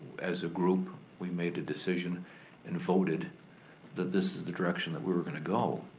as a group we made a decision and voted that this is the direction that we were gonna go.